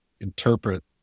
interpret